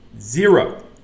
Zero